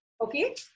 Okay